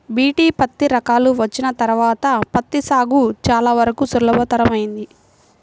BT పత్తి రకాలు వచ్చిన తర్వాత పత్తి సాగు చాలా వరకు సులభతరమైంది